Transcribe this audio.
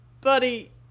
buddy